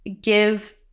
give